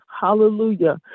Hallelujah